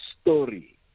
story